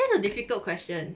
this is a difficult question